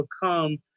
become